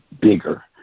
bigger